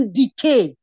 decay